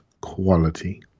quality